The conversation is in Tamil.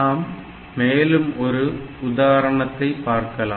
நாம் மேலும் ஒரு உதாரணத்தை பார்க்கலாம்